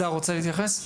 הדר רוצה להתייחס?